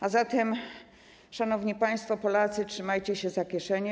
A zatem, szanowni państwo, Polacy, trzymajcie się za kieszenie.